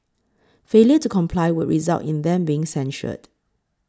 failure to comply would result in them being censured